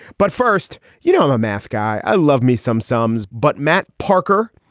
but first, you know, i'm a math guy. i love me some sums. but matt parker,